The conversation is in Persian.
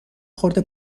خورده